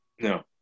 no